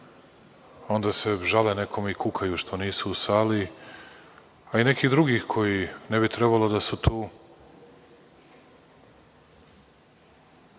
onda se žale nekome i kukaju što nisu u sali, a nekih drugih koji ne bi trebalo da su tu,